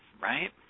right